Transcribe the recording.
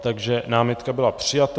Takže námitka byla přijata.